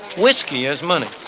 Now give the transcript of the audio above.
whiskey as money.